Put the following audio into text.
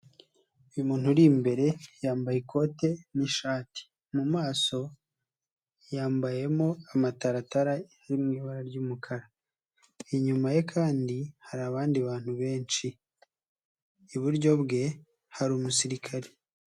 Uyu muntu uri imbere yambaye ikote n'ishati mu maso yambayemo amataratara ari mu ibara ry'umukara, inyuma ye kandi hari abandi bantu benshi, iburyo bwe hari umusirikare.